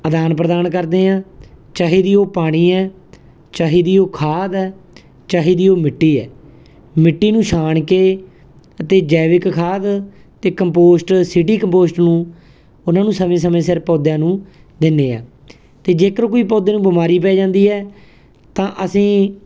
ਆਦਾਨ ਪ੍ਰਦਾਨ ਕਰਦੇ ਹਾਂ ਚਾਹੇ ਜੀ ਉਹ ਪਾਣੀ ਹੈ ਚਾਹੇ ਜੀ ਉਹ ਖਾਦ ਹੈ ਚਾਹੇ ਜੀ ਉਹ ਮਿੱਟੀ ਹੈ ਮਿੱਟੀ ਨੂੰ ਛਾਣ ਕੇ ਅਤੇ ਜੈਵਿਕ ਖਾਦ ਅਤੇ ਕੰਪੋਸਟ ਸਿ ਟੀ ਕੰਪੋਸਟ ਨੂੰ ਉਹਨਾਂ ਨੂੰ ਸਮੇਂ ਸਮੇਂ ਸਿਰ ਪੌਦਿਆਂ ਨੂੰ ਦਿੰਦੇ ਹਾਂ ਅਤੇ ਜੇਕਰ ਕੋਈ ਪੌਦੇ ਨੂੰ ਬਿਮਾਰੀ ਪੈ ਜਾਂਦੀ ਹੈ ਤਾਂ ਅਸੀਂ